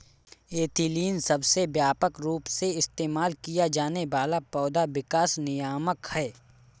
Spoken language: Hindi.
एथिलीन सबसे व्यापक रूप से इस्तेमाल किया जाने वाला पौधा विकास नियामक है